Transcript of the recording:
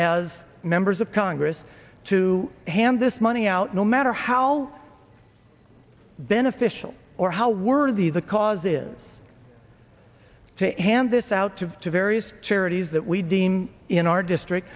as members of congress to hand this money out no matter how beneficial or how worthy the cause is to hand this out to to various charities that we deem in our district